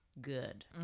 good